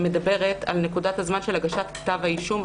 מדברת על נקודת הזמן של הגשת כתב האישום,